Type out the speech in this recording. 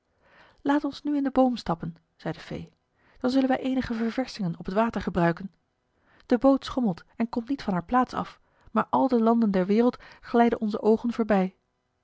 laat ons nu in de boot stappen zei de fee dan zullen wij eenige ververschingen op het water gebruiken de boot schommelt en komt niet van haar plaats af maar al de landen der wereld glijden onze oogen voorbij